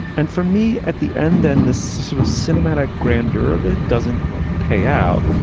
and for me at the end, then this sort of cinematic grander of it doesn't pay out.